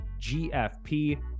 GFP